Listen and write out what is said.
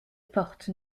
porte